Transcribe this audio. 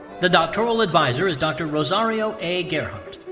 the doctoral advisor is dr. rosario a. gerhardt.